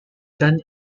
dan